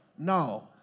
No